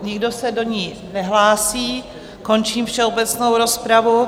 Nikdo se do ní nehlásí, končím všeobecnou rozpravu.